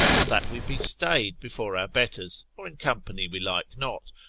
or that we be staid before our betters, or in company we like not,